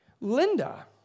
Linda